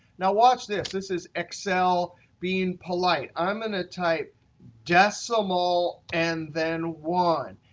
now, watch this. this is excel being polite. i'm going to type decimal, and then one.